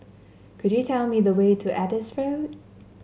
could you tell me the way to Adis Road